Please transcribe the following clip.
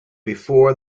before